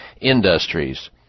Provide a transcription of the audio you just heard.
industries